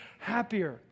happier